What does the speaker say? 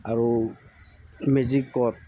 আৰু মেজিকত